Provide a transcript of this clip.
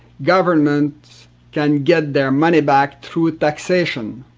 governements can get their money back through taxation.